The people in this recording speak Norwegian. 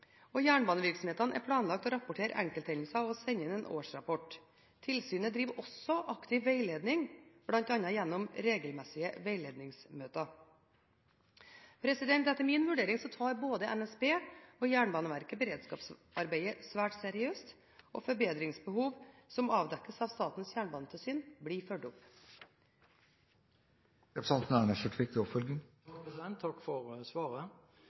Jernbanevirksomhetene er pålagt å rapportere enkelthendelser og å sende inn en årsrapport. Tilsynet driver aktiv veiledning, bl.a. gjennom regelmessige veiledningsmøter. Etter min vurdering tar både NSB og Jernbaneverket beredskapsarbeidet svært seriøst, og forbedringsbehov som avdekkes av Statens jernbanetilsyn, blir fulgt